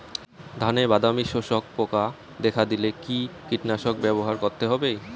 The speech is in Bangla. ধানে বাদামি শোষক পোকা দেখা দিলে কি কীটনাশক ব্যবহার করতে হবে?